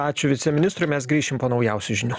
ačiū viceministrui mes grįšim po naujausių žinių